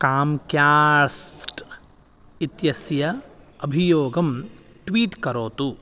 कांक्यास्ट् इत्यस्य अभियोगं ट्वीट् करोतु